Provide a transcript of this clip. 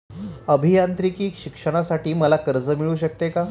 अभियांत्रिकी शिक्षणासाठी मला कर्ज मिळू शकते का?